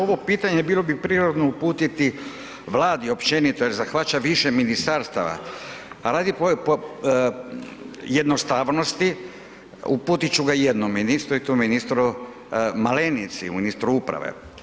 Ovo pitanje bilo bi prirodno uputiti Vladi općenito jer zahvaća više ministarstava, a radi jednostavnosti uputit ću ga jednom ministru i to ministru Malenici, ministru uprave.